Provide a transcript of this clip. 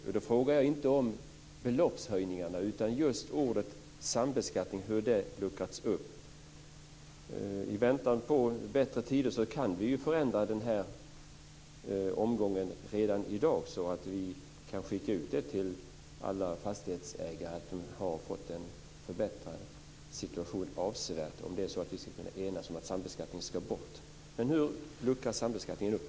Och då frågar jag inte om beloppshöjningarna, utan just om ordet "sambeskattning". Hur luckras den upp? I väntan på bättre tider kan vi förändra den här omgången redan i dag så att vi kan skicka ut till alla fastighetsägare att de har fått en avsevärt förbättrad situation. Ska vi kunna enas om att sambeskattningen ska bort? Hur luckras sambeskattningen upp?